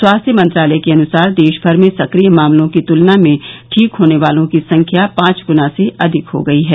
स्वास्थ्य मंत्रालय के अनुसार देशभर में सक्रिय मामलों की तुलना में ठीक होने वालों की संख्या पांच गुना से अधिक हो गई है